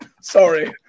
Sorry